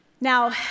Now